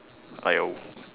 like a